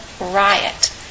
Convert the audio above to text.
riot